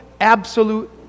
absolute